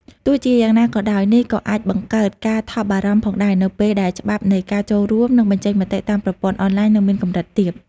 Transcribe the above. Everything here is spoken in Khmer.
ទោះជាយ៉ាងណាក៏ដោយ នេះក៏អាចបង្កើតការថប់បារម្ភផងដែរ នៅពេលដែលច្បាប់នៃការចូលរួម និងបញ្ចេញមតិតាមប្រព័ន្ធអនឡាញនៅមានកម្រិតទាប។